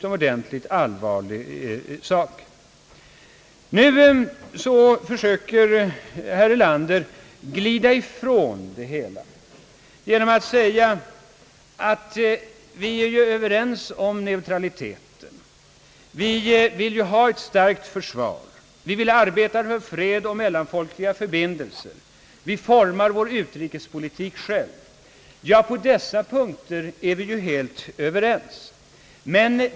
Herr Erlander försöker nu glida ifrån det hela genom att framhålla att vi är överens om neutraliteten. Vi vill ha ett starkt försvar och vi vill arbeta för fred och mellanfolkliga förbindelser. Vi formar själva vår utrikespolitik. Ja, på dessa punkter är vi ju helt överens.